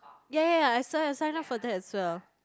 ya ya ya I sign I sign up for that as well